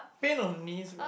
pain on knees right